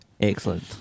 excellent